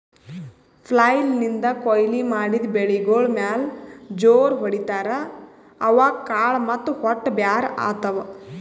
flail ನಿಂದ್ ಕೊಯ್ಲಿ ಮಾಡಿದ್ ಬೆಳಿಗೋಳ್ ಮ್ಯಾಲ್ ಜೋರ್ ಹೊಡಿತಾರ್, ಅವಾಗ್ ಕಾಳ್ ಮತ್ತ್ ಹೊಟ್ಟ ಬ್ಯಾರ್ ಆತವ್